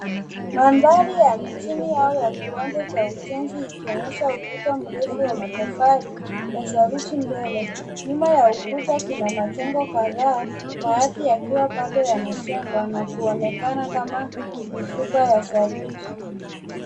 Mandharu ya mjini au kiwanja cha ujenzi ikionyesha ukuta mrefu wa matofali wa saruji mbele, nyuma ya ukuta kuna majengo kadhaa baadhi yakiwa bado yanajengwa na kuonekana kama mifuko ya saruji.